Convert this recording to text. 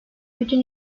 bütün